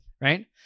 right